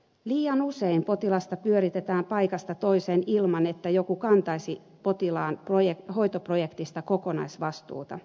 liian usein potilasta pyöritetään paikasta toiseen ilman että joku kantaisi potilaan hoitoprojektista kokonaisvastuuta